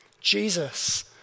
jesus